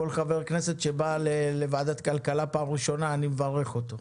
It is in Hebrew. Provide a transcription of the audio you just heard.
כל חבר כנסת שבא לוועדת כלכלה בפעם ראשונה אני מברך אותו.